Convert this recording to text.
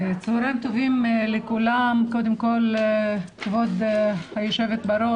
צהריים טובים לכולם, כבוד היו"ר,